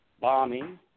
bombing